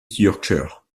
yorkshire